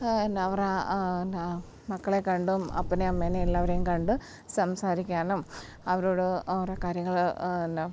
എന്ന അവരുടെ എന്നാ മക്കളെക്കണ്ടും അപ്പനെ അമ്മേനേവെല്ലാവരെയും കണ്ട് സംസാരിക്കാനും അവരോട് അവരുടെ കാര്യങ്ങൾ എന്ന